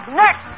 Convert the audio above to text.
next